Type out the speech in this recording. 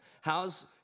How's